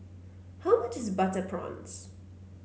how much is Butter Prawns